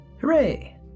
Hooray